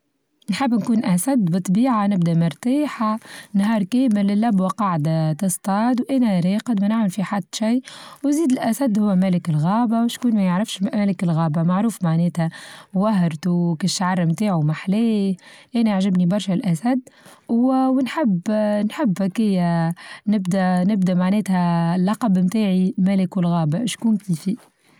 نحب نكون أسد بالطبيعة نبجى مرتاحة نهار كامل اللبوة قاعدة تصطاد وانا راقد ما نعمل في حد شيء وزيد الأسد هو ملك الغابة وشكون ما يعرفش ملك الغابة معروف معناتها وهرتو الشعر متاعو ما حلاه، أنا عچبني برشا الأسد ونحب-نحب كيا نبدا-نبدا معنتها اللقب نتاعي ملك الغابة شكون بيفي.